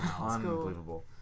unbelievable